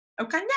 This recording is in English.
Okay